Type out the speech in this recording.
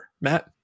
Matt